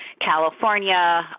California